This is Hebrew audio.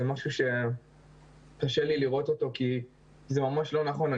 זה משהו שקשה לי לראות אותו כי זה ממש לא נכון.